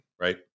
right